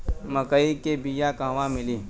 मक्कई के बिया क़हवा मिली?